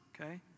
Okay